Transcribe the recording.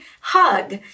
hug